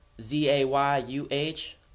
Z-A-Y-U-H